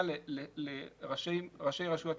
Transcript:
שלא כדין --- מדובר בהרבה מאוד כסף.